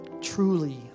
Truly